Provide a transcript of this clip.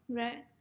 right